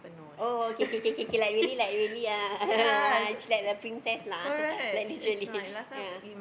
oh K K K K like really like really ah she like the princess lah like literally